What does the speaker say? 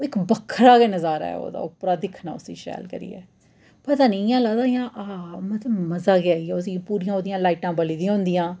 इक बक्खरा गै नजारा ऐ ओह्दा उप्परा दिक्खना उसी शैल करियै पता नि इ'यां लगदा जियां आहा मजा गै आई गेआ उसी पूरियां ओह्दियां लाइटां बली दियां होंदियां